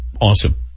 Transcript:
awesome